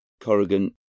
Corrigan